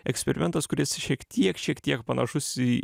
eksperimentas kuris šiek tiek šiek tiek panašus į